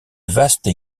vaste